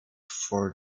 for